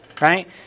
Right